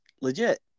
legit